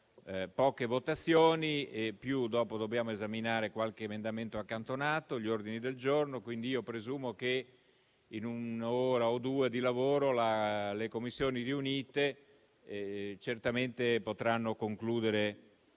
poche votazioni. Dovremo poi esaminare qualche emendamento accantonato e gli ordini del giorno. Presumo quindi che in un'ora o due di lavoro le Commissioni riunite certamente potranno concludere